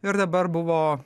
ir dabar buvo